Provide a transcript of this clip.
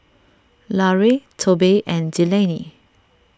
Larue Tobe and Delaney